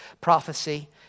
prophecy